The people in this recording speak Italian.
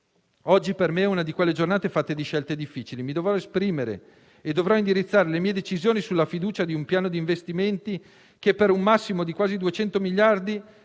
Oggi per me è una di quelle giornate fatte di scelte difficili: mi dovrò esprimere e dovrò indirizzare le mie decisioni sulla fiducia a un Piano di investimenti che, per un massimo di quasi 200 miliardi,